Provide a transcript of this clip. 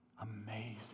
Amazing